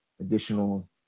additional